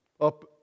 up